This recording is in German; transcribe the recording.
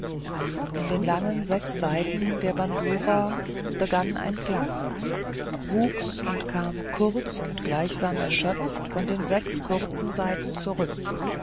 in den langen sechs saiten der bandura begann ein klang wuchs und kam kurz und gleichsam erschöpft von den sechs kurzen saiten zurück